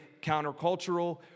countercultural